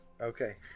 Okay